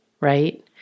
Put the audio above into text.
right